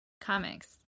comics